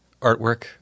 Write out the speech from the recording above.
artwork